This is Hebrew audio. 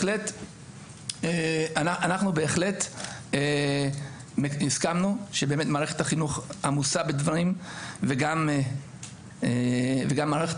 אנחנו בהחלט הסכמנו שמערכת החינוך עמוסה בדברים וגם מערכת